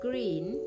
Green